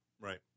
Right